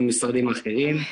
המשרדים האחרים.